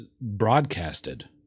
broadcasted